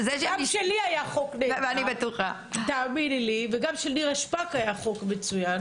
גם החוק שלי ושל נירה שפק היה מצוין,